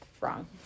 wrong